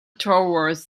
towards